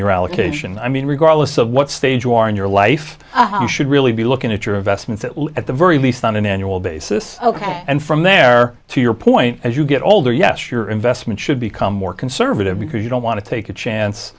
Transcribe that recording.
allocation i mean regardless of what stage you are in your life should really be looking at your investments at the very least on an annual basis ok and from there to your point as you get older yes your investment should become more conservative because you don't want to take a chance